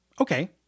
Okay